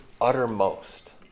uttermost